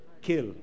kill